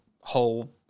whole